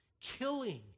killing